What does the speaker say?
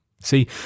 See